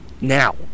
now